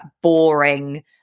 boring